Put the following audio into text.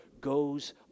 goes